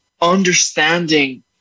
understanding